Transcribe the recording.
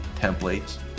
templates